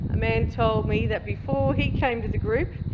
a man told me that before he came to the group,